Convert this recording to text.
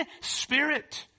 spirit